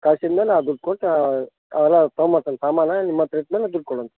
ಕಳ್ಸಿದ್ಮೇಲೆ ಆ ದುಡ್ಡು ಕೊಟ್ಟು ಅವೆಲ್ಲ ತೊಗೊಂಬರ್ತಾನ್ ಸಾಮಾನು ನಿಮ್ಮ ಹತ್ರ ಇಟ್ಟು ಮೇಲೆ ದುಡ್ಡು ಕೊಡುವಂತ್ರಿ